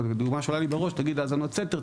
דוגמה שעולה לי בראש: האזנות סתר.